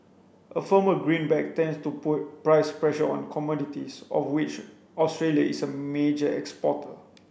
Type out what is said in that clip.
a firmer greenback tends to put price pressure on commodities of which Australia is a major exporter